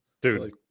Dude